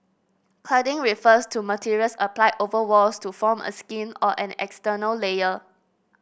cladding refers to materials applied over walls to form a skin or an external layer